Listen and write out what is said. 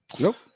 Nope